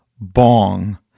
Bong